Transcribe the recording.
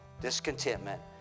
discontentment